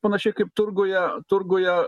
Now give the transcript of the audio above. panašiai kaip turguje turguje